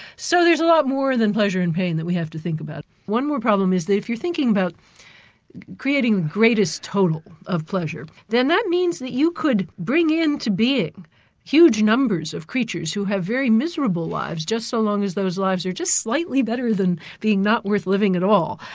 so there's a lot more than pleasure and pain that we have to think about. one more problem is that if you're thinking about creating greatest total of pleasure, then that means that you could bring in to being huge numbers of creatures who have very miserable lives, just so long as those lives are just slightly better than being not worth living at all.